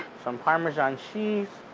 some parmesan cheese.